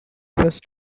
first